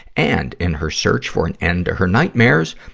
and, in her search for an end to her nightmares,